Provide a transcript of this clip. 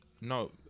no